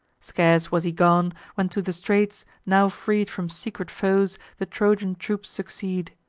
scarce was he gone, when to the straits, now freed from secret foes, the trojan troops succeed.